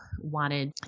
wanted